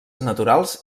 naturals